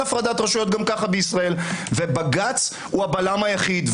אין הפרדת רשויות גם ככה במדינת ישרלא ובג"ץ הוא הבלם היחיד,